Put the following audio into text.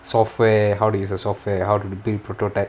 software how to use a software how to print prototype